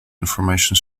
information